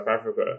Africa